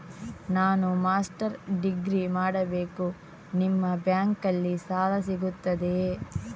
ನಾನು master degree ಮಾಡಬೇಕು, ನಿಮ್ಮ ಬ್ಯಾಂಕಲ್ಲಿ ಸಾಲ ಸಿಗುತ್ತದೆಯೇ?